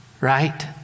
right